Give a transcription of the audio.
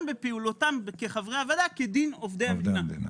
בפעולתם כחברי הוועדה כדין עובדי המדינה.